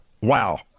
Wow